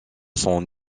son